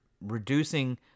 reducing